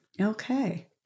Okay